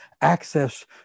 access